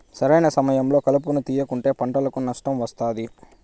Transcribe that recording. సరైన సమయంలో కలుపును తేయకుంటే పంటకు నష్టం వస్తాది